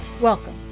Welcome